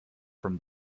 from